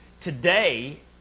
today